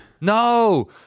No